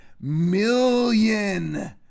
million